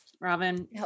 Robin